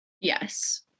Yes